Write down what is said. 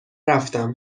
رفتم